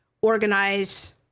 organize